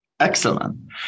Excellent